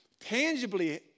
tangibly